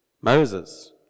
Moses